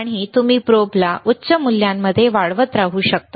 आणि तुम्ही प्रोबला उच्च मूल्यांमध्ये वाढवत राहू शकता